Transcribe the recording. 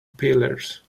pillars